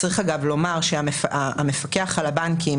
צריך לומר שהמפקח על הבנקים,